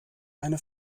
eine